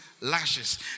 Lashes